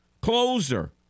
closer